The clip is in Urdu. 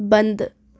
بند